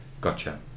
Gotcha